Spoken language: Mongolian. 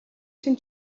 чинь